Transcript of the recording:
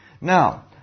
Now